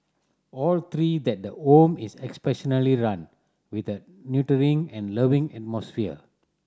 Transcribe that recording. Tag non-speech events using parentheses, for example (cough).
all three that the home is (unintelligible) run with a nurturing and loving atmosphere